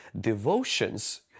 Devotions